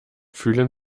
fühlen